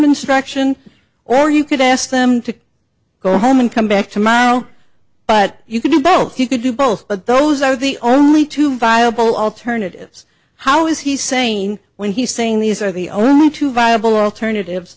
instruction or you could ask them to go home and come back tomorrow but you could do both you could do both but those are the only two viable alternatives how is he saying when he's saying these are the only two viable alternative